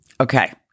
Okay